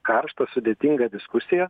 karštą sudėtingą diskusiją